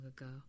ago